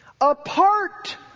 apart